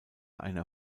einer